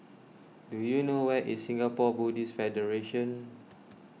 do you know where is Singapore Buddhist Federation